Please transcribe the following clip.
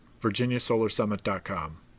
virginiasolarsummit.com